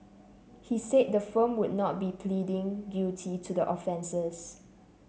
he said the firm would not be pleading guilty to the offences